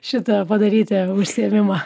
šitą padaryti užsiėmimą